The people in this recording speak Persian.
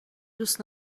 دوست